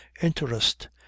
interest